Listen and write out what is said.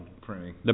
printing